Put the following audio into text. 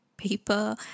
paper